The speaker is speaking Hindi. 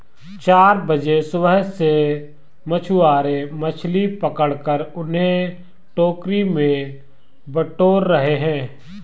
चार बजे सुबह से मछुआरे मछली पकड़कर उन्हें टोकरी में बटोर रहे हैं